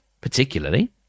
particularly